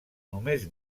només